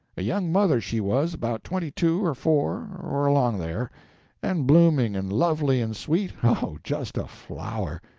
a young mother she was, about twenty two or four, or along there and blooming and lovely and sweet? oh, just a flower!